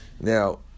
Now